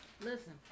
Listen